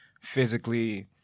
physically